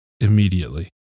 immediately